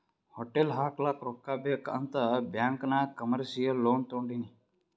hotel ಹಾಕ್ಲಕ್ ರೊಕ್ಕಾ ಬೇಕ್ ಅಂತ್ ಬ್ಯಾಂಕ್ ನಾಗ್ ಕಮರ್ಶಿಯಲ್ ಲೋನ್ ತೊಂಡಿನಿ